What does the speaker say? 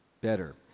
better